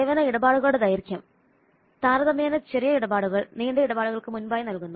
സേവന ഇടപാടുകളുടെ ദൈർഘ്യം താരതമ്യേന ചെറിയ ഇടപാടുകൾ നീണ്ട ഇടപാടുകൾക്ക് മുമ്പായി നൽകുന്നു